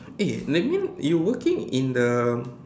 eh that mean you working in the